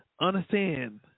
understand